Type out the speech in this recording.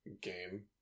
game